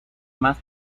más